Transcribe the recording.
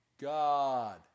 god